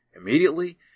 Immediately